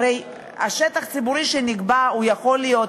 הרי השטח הציבורי שנקבע יכול להיות